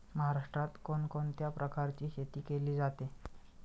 महाराष्ट्रात कोण कोणत्या प्रकारची शेती केली जाते?